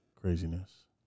craziness